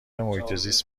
محیطزیست